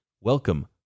welcome